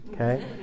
Okay